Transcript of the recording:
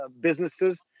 businesses